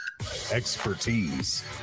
expertise